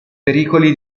pericoli